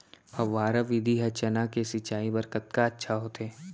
फव्वारा विधि ह चना के सिंचाई बर कतका अच्छा होथे?